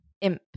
imp